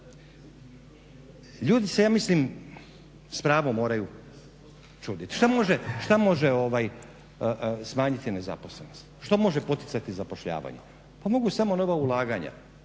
ljudi se ja mislim s pravom moraju čudit. Šta može smanjiti nezaposlenost, što može poticat zapošljavanje, pa mogu samo nova ulaganja,